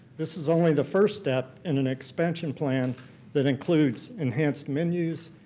this is only the first step in an expansion plan that includes enhanced menus,